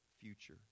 future